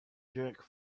jerk